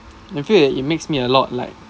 I feel it makes me a lot like